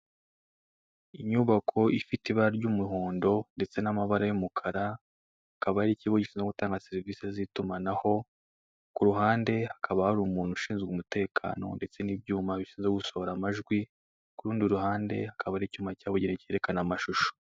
Inyubako ifite ibara ry'umuhondo ndetse n'amabara y'umukara, akaba ari ikigo gishinzwe gutanga serivise z'itumanaho, ku ruhande hakaba hari umuntu ushinzwe umutekano ndetse n'ibyuma bishinzwe gusohora amajwi, ku rundi ruhande akaba ari icyuma cyabigenewe cyerekana amafoto.